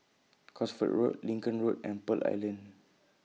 Cosford Road Lincoln Road and Pearl Island